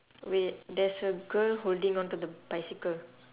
wait there's a girl holding on to the bicycle